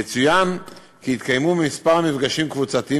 יצוין כי התקיימו כמה מפגשים קבוצתיים